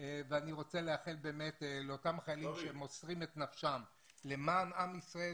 אני רוצה לאחל לאותם חיילים שמוסרים את נפשם למען עם ישראל,